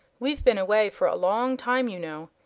we've been away for a long time, you know,